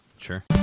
sure